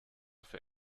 für